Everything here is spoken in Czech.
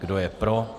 Kdo je pro?